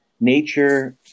nature